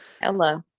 hello